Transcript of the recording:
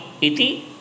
Iti